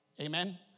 amen